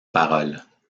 paroles